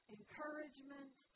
encouragement